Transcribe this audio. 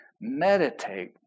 Meditate